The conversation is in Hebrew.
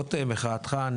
למרות מחאתך,